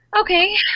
Okay